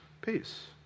Peace